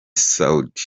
saudi